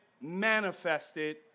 manifested